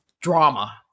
Drama